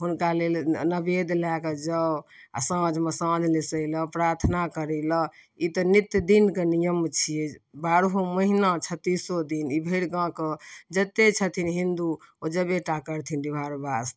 हुनका लेल ने नवेद लै कऽ जाउ आ साँझमे साँझ लेसै लऽ प्राथना करै लऽ ई तऽ नित दिन कऽ नियम छियै बारहो महिना छतीसो दिन ई भरि गाँव कऽ जतेक छथिन हिन्दू ओ जेबेटा करथिन डिहबार बाबा स्थान